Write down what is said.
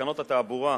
לתקנות התעבורה,